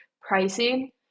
pricing